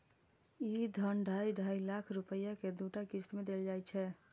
ई धन ढाइ ढाइ लाख रुपैया के दूटा किस्त मे देल जाइ छै